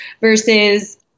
versus